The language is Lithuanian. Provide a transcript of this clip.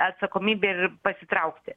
atsakomybę ir pasitraukti